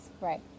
Right